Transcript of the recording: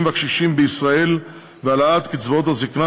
והקשישים בישראל והעלאת קצבאות הזיקנה,